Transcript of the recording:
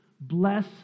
Bless